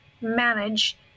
manage